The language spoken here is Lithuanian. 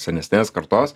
senesnės kartos